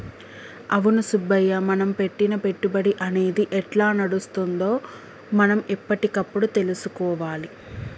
అవును సుబ్బయ్య మనం పెట్టిన పెట్టుబడి అనేది ఎట్లా నడుస్తుందో మనం ఎప్పటికప్పుడు తెలుసుకోవాలి